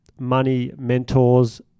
moneymentors